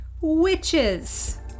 witches